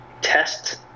test